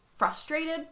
frustrated